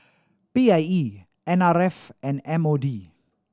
P I E N R F and M O D